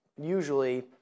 Usually